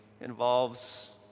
involves